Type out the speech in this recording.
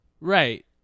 right